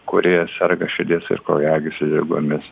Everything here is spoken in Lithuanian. kurie serga širdies ir kraujagyslių ligomis